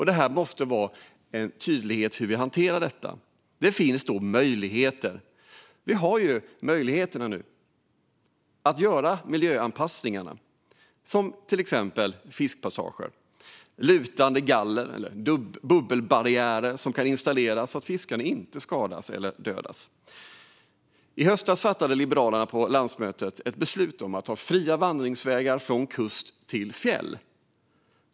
Det måste finnas en tydlighet i hur vi hanterar detta. Här finns det möjligheter. Det går att göra miljöanpassningar, som exempelvis fiskpassager. Lutande galler eller bubbelbarriärer kan installeras så att fiskarna inte skadas eller dödas. Liberalerna fattade på sitt landsmöte i höstas ett beslut om fria vandringsvägar från kust till fjäll.